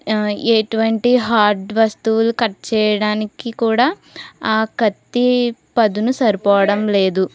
ఎటువంటి హార్డ్ వస్తువులు కట్ చేయడానికి కూడా ఆ కత్తి పదును సరిపోవడం లేదు